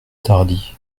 tardy